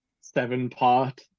seven-part